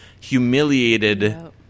humiliated